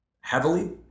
heavily